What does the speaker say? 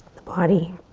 the body.